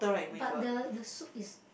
but the the soup is